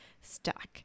stuck